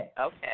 Okay